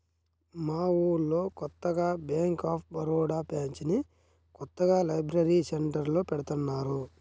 మా ఊళ్ళో కొత్తగా బ్యేంక్ ఆఫ్ బరోడా బ్రాంచిని కొత్తగా లైబ్రరీ సెంటర్లో పెడతన్నారు